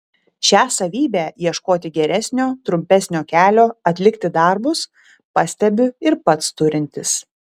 šią savybę ieškoti geresnio trumpesnio kelio atlikti darbus pastebiu ir pats turintis